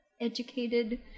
educated